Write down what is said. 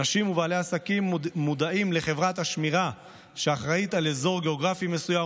אנשים ובעלי עסקים מודעים ל"חברת השמירה" שאחראית לאזור גיאוגרפי מסוים,